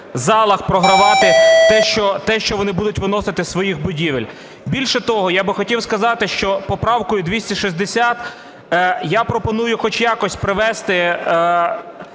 залах програвати те, що вони будуть виносити зі своїх будівель. Більше того, я хотів би сказати, що поправкою 260 я пропоную хоч якось привести